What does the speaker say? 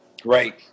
great